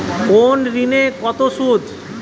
কোন ঋণে কত সুদ?